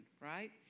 Right